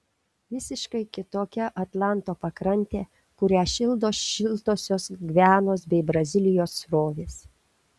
visiškai kitokia atlanto pakrantė kurią šildo šiltosios gvianos bei brazilijos srovės